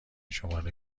شماره